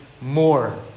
more